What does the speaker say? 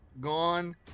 gone